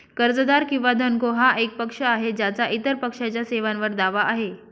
कर्जदार किंवा धनको हा एक पक्ष आहे ज्याचा इतर पक्षाच्या सेवांवर दावा आहे